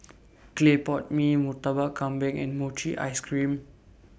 Clay Pot Mee Murtabak Kambing and Mochi Ice Cream